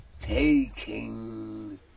taking